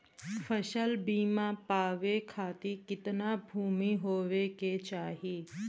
फ़सल बीमा पावे खाती कितना भूमि होवे के चाही?